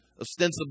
ostensibly